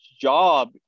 job